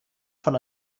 von